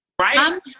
Right